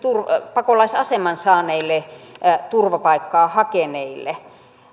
pakolaisaseman saaneille turvapaikkaa hakeneille